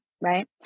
right